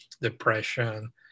depression